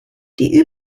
die